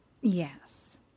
Yes